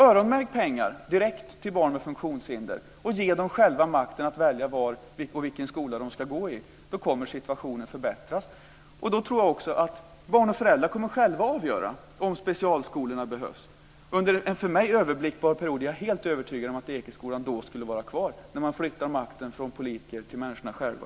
Öronmärk alltså pengar direkt till barn med funktionshinder, och ge dem själva makten att välja på vilken skola de ska gå! Då kommer situationen att förbättras. Jag tror att barn och föräldrar då kommer att avgöra om specialskolorna behövs. Under en för mig överblickbar period är jag helt övertygad om att Ekeskolan skulle få vara kvar, om man flyttar makten från politiker till människorna själva.